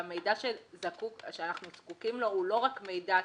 הוא שהמידע שאנחנו זקוקים לו הוא לא רק מידע סטטיסטי,